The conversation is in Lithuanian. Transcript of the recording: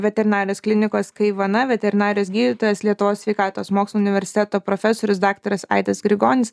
veterinarijos klinikos kaivana veterinarijos gydytojas lietuvos sveikatos mokslų universiteto profesorius daktaras aidas grigonis